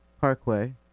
Parkway